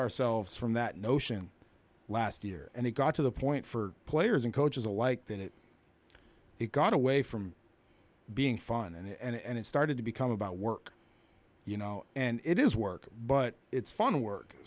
ourselves from that notion last year and it got to the point for players and coaches alike that it got away from being fun and it started to become about work you know and it is work but it's fun work